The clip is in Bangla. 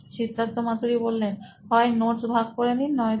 Siddharth Maturi C E O নোইন ইলেক্ট্রনিক্স হয় নোটস ভাগ করে নিন নয়তো